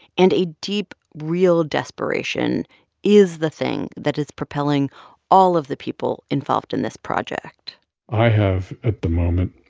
and a deep, real desperation is the thing that is propelling all of the people involved in this project i have, at the moment,